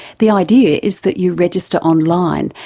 the idea is that you register online,